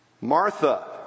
Martha